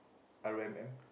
R_O_M_M